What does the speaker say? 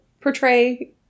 portray